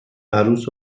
عروس